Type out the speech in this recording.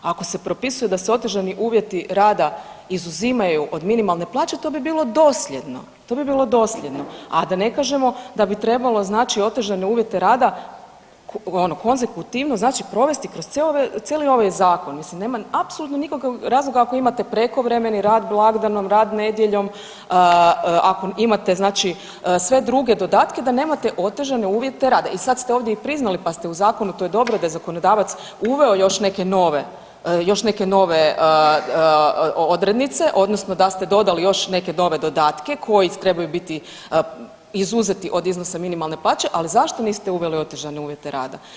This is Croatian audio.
Ako se propisuje da se otežani uvjeti rada izuzimaju od minimalne plaće, to bi bilo dosljedno, to bi bilo dosljedno, a da ne kažemo da bi trebalo znači otežane uvjete rada ono konsekutivno znači provesti kroz cijeli ovaj zakon, mislim nema apsolutno nikakvog razloga ako imate prekovremeni rad, blagdanom, rad nedjeljom, ako imate znači sve druge dodatke da nemate otežane uvjete rada i sad ste ovdje i priznali, pa ste u zakonu, to je dobro da je zakonodavac uveo još neke nove, još neke nove odrednice odnosno da ste dodali još neke nove dodatke koji trebaju biti izuzeti od minimalne plaće, ali zašto niste uveli otežane uvjete rada?